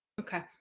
okay